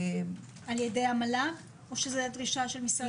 על-ידי המל"ג או דרישה של משרד החינוך?